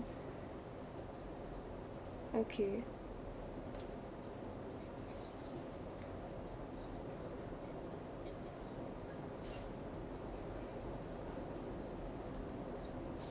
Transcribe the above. okay